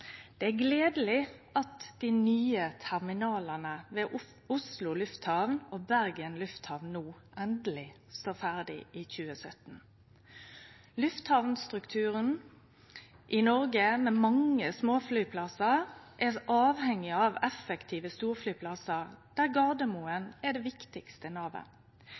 Det er gledeleg at dei nye terminalane ved Oslo lufthamn og Bergen lufthamn no endeleg står ferdige i 2017. Lufthamnstrukturen i Noreg med mange småflyplassar er avhengig av effektive storflyplassar, med Gardermoen som det viktigaste navet.